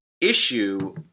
issue